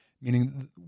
meaning